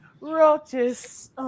roaches